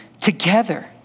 together